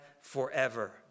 forever